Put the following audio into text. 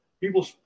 People